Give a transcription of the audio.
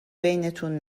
بینتون